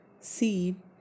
Seed